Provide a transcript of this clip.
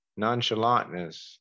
nonchalantness